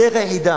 הדרך היחידה,